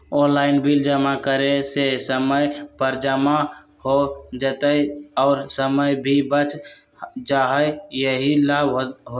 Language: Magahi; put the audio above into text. ऑनलाइन बिल जमा करे से समय पर जमा हो जतई और समय भी बच जाहई यही लाभ होहई?